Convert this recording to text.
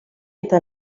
eta